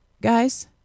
guys